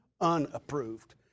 unapproved